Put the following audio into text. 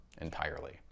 entirely